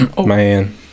man